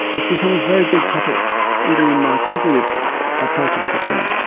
has become a very big topic even in cognitive approaches to film.